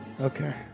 Okay